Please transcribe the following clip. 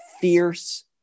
fierce